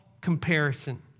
comparison